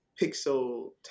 Pixel